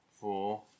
four